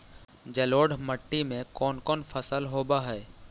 जलोढ़ मट्टी में कोन कोन फसल होब है?